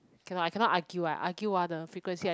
cannot I cannot argue I argue ah the frequency